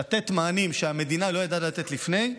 ולתת מענים שהמדינה לא יודעת לתת לפני.